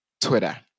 Twitter